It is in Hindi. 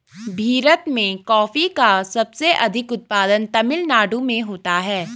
भीरत में कॉफी का सबसे अधिक उत्पादन तमिल नाडु में होता है